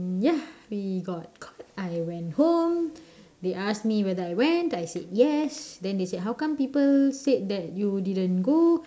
ya we got caught I went home they asked me whether I went I said yes then they said how come people say that you didn't go